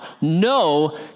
no